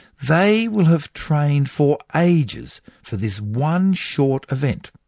they will have trained for ages for this one short event,